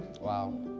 Wow